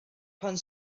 pan